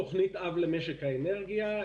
תוכנית אב למשק האנרגיה.